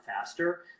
faster